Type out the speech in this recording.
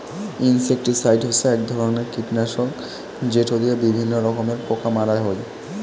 insecticide হসে এক ধরণের কীটনাশক যেটো দিয়া বিভিন্ন রকমের পোকা মারা হই